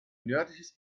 nördliches